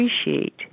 appreciate